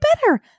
better